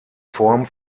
form